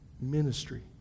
Ministry